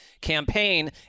campaign